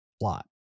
plot